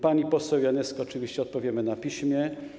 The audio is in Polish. Pani poseł Janyskiej oczywiście odpowiemy na piśmie.